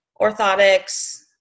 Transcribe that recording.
orthotics